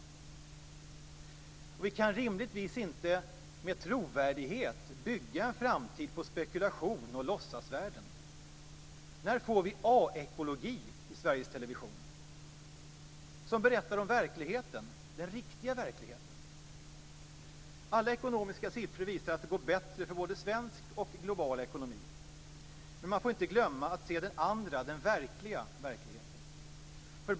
Vi kan rimligtvis inte med trovärdighet bygga en framtid på spekulation och låtsasvärden. När får vi A-ekologi i Sveriges Television, som berättar om verkligheten, den riktiga verkligheten? Alla ekonomiska sifferuppgifter visar att det går bättre både för svensk och för global ekonomi, men man får inte glömma den andra, den verkliga verkligheten.